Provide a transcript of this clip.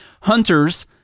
hunters